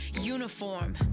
uniform